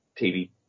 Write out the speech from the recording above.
TV